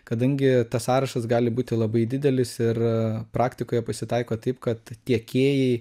kadangi tas sąrašas gali būti labai didelis ir praktikoje pasitaiko taip kad tiekėjai